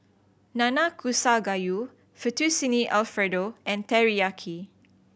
Nanakusa Gayu Fettuccine Alfredo and Teriyaki